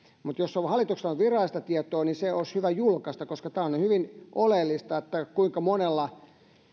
mutta jos hallituksella on virallista tietoa se olisi hyvä julkaista koska tämä on hyvin oleellista että kuinka monella